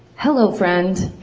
hello, friend.